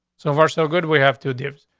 so far, so good. we have to deal.